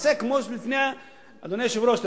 אדוני היושב-ראש,